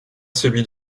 celui